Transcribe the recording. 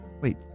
Wait